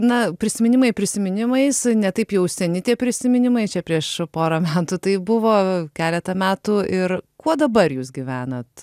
na prisiminimai prisiminimais ne taip jau seni tie prisiminimai čia prieš porą metų tai buvo keletą metų ir kuo dabar jūs gyvenat